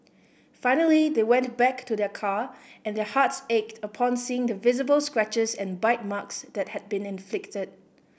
finally they went back to their car and their hearts ached upon seeing the visible scratches and bite marks that had been inflicted